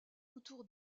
autour